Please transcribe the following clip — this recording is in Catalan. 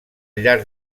llarg